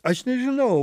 aš nežinau